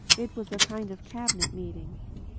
it was a kind of cabinet meeting.